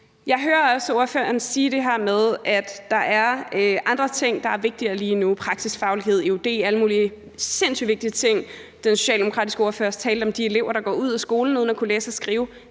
Jeg hører også ordføreren sige det her med, at der er andre ting, der er vigtigere lige nu: praktisk faglighed, eud, alle mulige sindssygt vigtige ting. Den socialdemokratiske ordfører talte om de elever, der går ud af skolen uden at kunne læse og skrive;